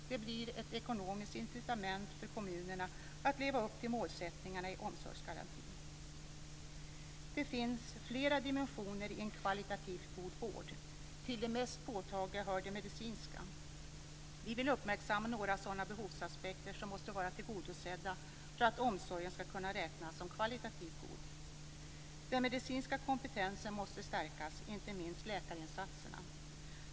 Det blir ett ekonomiskt incitament för kommunerna att leva upp till målsättningarna i omsorgsgarantin. Det finns flera dimensioner i en kvalitativt god vård. Till de mest påtagliga hör de medicinska. Vi vill uppmärksamma några sådana behovsaspekter som måste vara tillgodosedda för att omsorgen skall kunna räknas som kvalitativt god. Den medicinska kompetensen måste stärkas, inte minst läkarinsatserna.